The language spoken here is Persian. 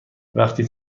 وقتی